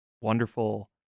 wonderful